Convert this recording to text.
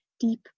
Deep